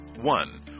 One